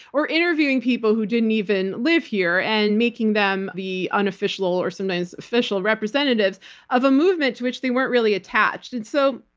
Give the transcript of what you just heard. or interviewing people who didn't even live here, and making them the unofficial or sometimes official representatives of a movement to which they weren't really attached. and so,